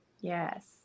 Yes